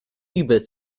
übel